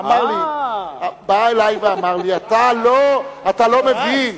אמר לי: אתה לא מבין.